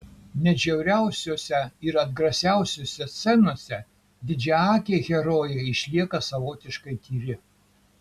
net žiauriausiose ir atgrasiausiose scenose didžiaakiai herojai išlieka savotiškai tyri